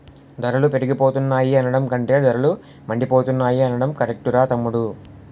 ధరలు పెరిగిపోతున్నాయి అనడం కంటే ధరలు మండిపోతున్నాయ్ అనడం కరెక్టురా తమ్ముడూ